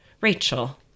Rachel